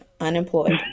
unemployed